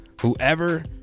Whoever